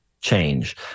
change